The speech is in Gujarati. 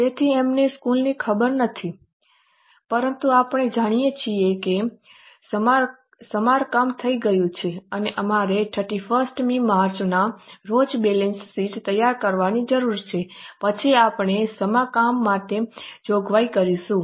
તેથી અમને શુલ્કની ખબર નથી પરંતુ આપણે જાણીએ છીએ કે સમારકામ થઈ ગયું છે અને અમારે 31મી માર્ચના રોજ બેલેન્સ શીટ તૈયાર કરવાની જરૂર છે પછી આપણે સમારકામ માટે જોગવાઈ કરીશું